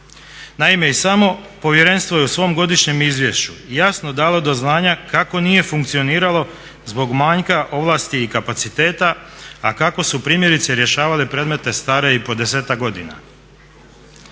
Naime, i samo Povjerenstvo je u svom Godišnjem izvješću dalo do znanja kako nije funkcioniralo zbog manjka ovlasti i kapaciteta, a kako su primjerice rješavale predmete stare i po desetak godina.